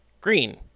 Green